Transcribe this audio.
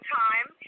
time